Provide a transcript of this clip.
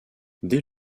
dès